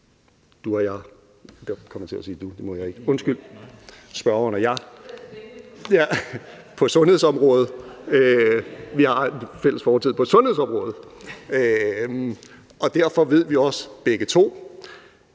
du og jeg – der kom jeg til at sige du, det må jeg ikke, undskyld; spørgeren og jeg – på sundhedsområdet. Vi har en fælles fortid på sundhedsområdet, og derfor ved vi også begge to,